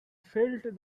felt